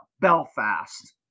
Belfast